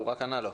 הוא רק ענה לו.